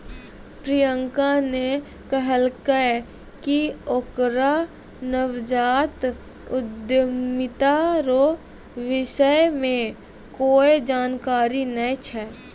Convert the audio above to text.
प्रियंका ने कहलकै कि ओकरा नवजात उद्यमिता रो विषय मे कोए जानकारी नै छै